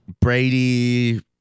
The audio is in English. Brady